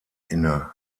inne